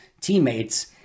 teammates